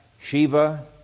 Shiva